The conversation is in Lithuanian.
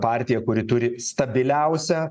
partija kuri turi stabiliausią